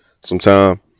Sometime